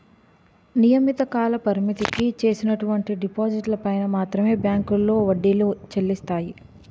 నియమిత కాలపరిమితికి చేసినటువంటి డిపాజిట్లు పైన మాత్రమే బ్యాంకులో వడ్డీలు చెల్లిస్తాయి